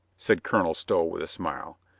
said colonel stow with a smile.